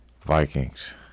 Vikings